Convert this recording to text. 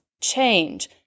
change